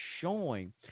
showing